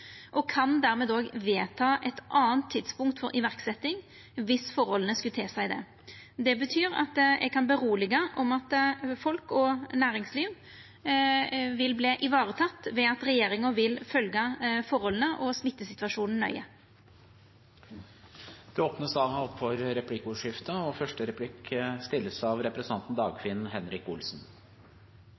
og som då kan vedta eit anna tidspunkt for iverksetjing om forholda skulle tilseia det. Det betyr at eg kan forsikra om at folk og næringsliv vil verta tekne vare på ved at regjeringa vil følgja forholda og smittesituasjonen nøye. Det blir replikkordskifte. For kort tid siden valgte regjeringen og